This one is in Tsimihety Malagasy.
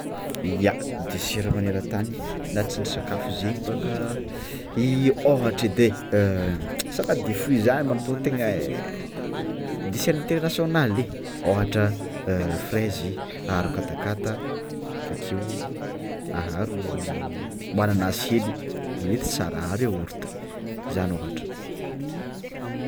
Ya desera magneratany na tsindrintsakafo zegny bôka: io ôhatra edy e salade de fruit zany mato tegna desera internasionaly ôhatra frèzy aharo katakataka avekeo aharo magnanasy hely mety tsara aharo yaourt zany ohatra.